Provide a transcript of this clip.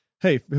Hey